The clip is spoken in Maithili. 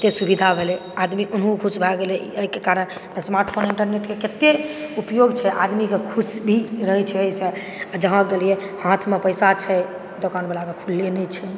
केते सुविधा भेलै आदमी ओहो खुश भए गेलै ओहिके कारण स्मार्टफोन आ इन्टरनेटके कते उपयोग छै अदमीके खुश भी रहै छै एहिसॅं आ जहाँके लिए हाथमे पैसा छै दोकान वाला ले नहि छै